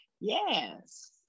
Yes